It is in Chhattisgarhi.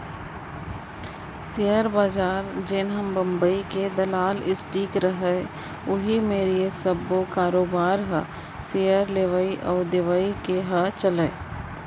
सेयर बजार जेनहा बंबई के दलाल स्टीक रहय उही मेर ये सब्बो कारोबार ह सेयर लेवई अउ बेचई के ह चलय